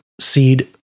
seed